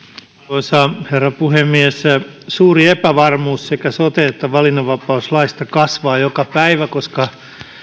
arvoisa herra puhemies suuri epävarmuus sekä sote että valinnanvapauslaista kasvaa joka päivä koska